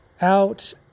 out